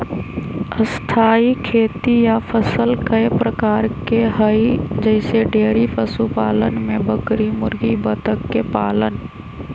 स्थाई खेती या फसल कय प्रकार के हई जईसे डेइरी पशुपालन में बकरी मुर्गी बत्तख के पालन